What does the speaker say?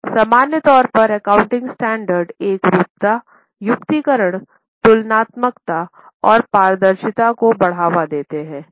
सामान्य तौर पर एकाउंटिंग स्टैंडर्ड एकरूपता युक्तिकरण तुलनात्मकता और पारदर्शिता को बढ़ावा देते हैं